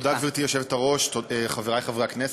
תודה, גברתי היושבת-ראש, חברי חברי הכנסת,